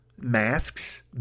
masks